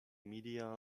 media